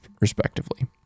respectively